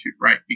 right